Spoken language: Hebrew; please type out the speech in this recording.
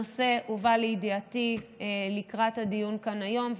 הנושא הובא לידיעתי לקראת הדיון כאן היום,